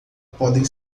podem